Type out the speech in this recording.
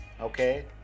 okay